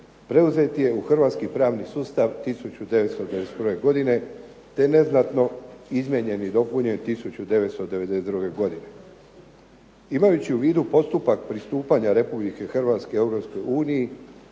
preuzet je u hrvatski pravni sustav 1991. godine te neznatno izmijenjen i dopunjen 1992. godine. Imajući u vidu postupak pristupanja Republike Hrvatske